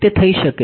તે થઈ શકે છે